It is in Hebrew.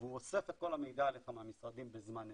והוא אוסף את כל המידע עליך מהמשרדים בזמן אמת.